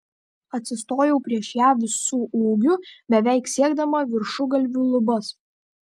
atsistojau prieš ją visu ūgiu beveik siekdama viršugalviu lubas